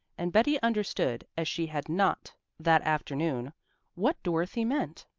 and betty understood as she had not that afternoon what dorothy meant.